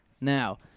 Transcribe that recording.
Now